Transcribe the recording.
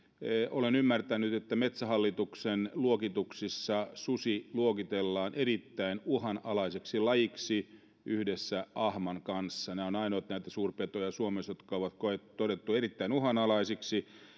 olen ymmärtänyt että metsähallituksen luokituksissa susi luokitellaan erittäin uhanalaiseksi lajiksi yhdessä ahman kanssa nämä ovat ainoita suurpetoja suomessa jotka on todettu erittäin uhanalaisiksi